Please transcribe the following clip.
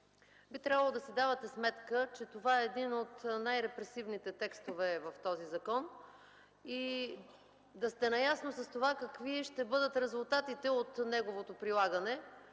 Би трябвало да си давате сметка, че това е един от най-репресивните текстове в този закон и да сте наясно какви ще бъдат резултатите от неговото прилагане.